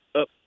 up